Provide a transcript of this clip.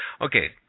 Okay